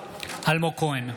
אלמוג כהן,